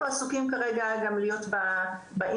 או עסוקים כרגע גם להיות באינסטוש,